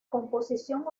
composición